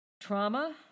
Trauma